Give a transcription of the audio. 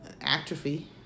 atrophy